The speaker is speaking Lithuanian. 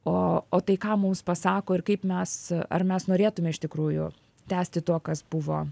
o o tai ką mums pasako ir kaip mes ar mes norėtume iš tikrųjų tęsti tuo kas buvo